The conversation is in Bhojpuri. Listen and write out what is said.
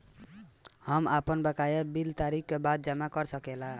हम आपन बकाया बिल तारीख क बाद जमा कर सकेला?